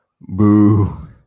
Boo